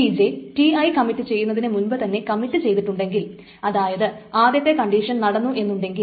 Tj Ti commit ചെയ്യുന്നതിനു മുമ്പ് commit ചെയ്തിട്ടുണ്ടെങ്കിൽ അതായത് ആദ്യത്തെ കണ്ടിഷൻ നടന്നു എന്നുണ്ടെങ്കിൽ